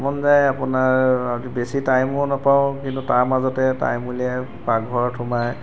মন যায় আপোনাৰ বেছি টাইমো নাপাওঁ কিন্তু তাৰ মাজতে টাইম উলিয়াই পাকঘৰত সোমাই